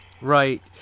Right